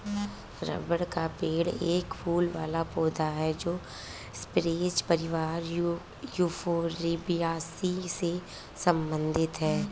rubber का पेड़ एक फूल वाला पौधा है जो स्परेज परिवार यूफोरबियासी से संबंधित है